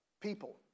people